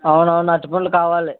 అవునవును అరటి పండ్లు కావాలి